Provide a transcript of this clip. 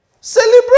Celebrate